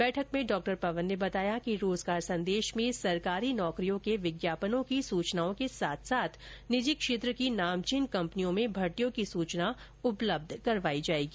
बैठक में डॉ पवन ने बताया कि रोजगार संदेश में सरकारी नौकरियों के विज्ञापनों की सूचनाओं के साथ साथ निजी क्षेत्र की नामचीन कंपनियों में भर्तियों की सूचना उपलब्ध करवाई जाएगी